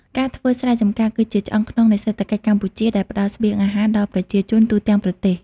ការធ្វើស្រែចម្ការគឺជាឆ្អឹងខ្នងនៃសេដ្ឋកិច្ចកម្ពុជាដែលផ្តល់ស្បៀងអាហារដល់ប្រជាជនទូទាំងប្រទេស។